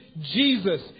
Jesus